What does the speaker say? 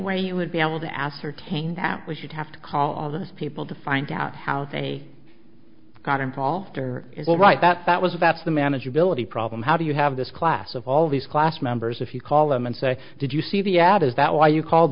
way you would be able to ascertain that was you'd have to call all the people to find out how they got involved are all right that that was about the manageability problem how do you have this class of all these class members if you call them and say did you see the ad is that why you call